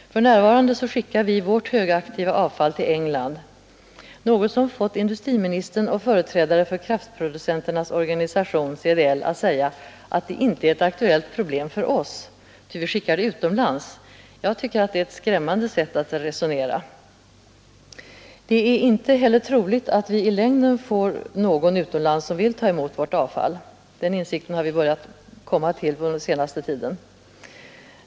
För närvarande skickar vi vårt högaktiva avfall till England, något som fått industriministern och företrädare för kraftproducenternas organisation CDL att säga att det inte är ett aktuellt problem för oss, ty vi skickar det utomlands. Jag tycker att det är ett skrämmande sätt att resonera. Det är inte troligt att vi i längden får någon utomlands som vill ta emot vårt avfall. Den insikten har vi börjat komma till under den senaste tiden.